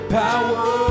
power